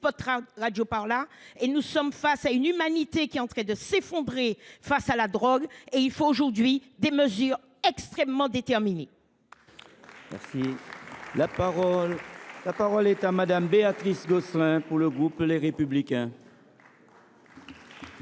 spot radio… Or nous sommes face à une humanité qui est en train de s’effondrer à cause de la drogue ! Il faut aujourd’hui des mesures extrêmement déterminées.